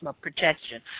protection